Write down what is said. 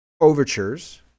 overtures